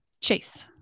Chase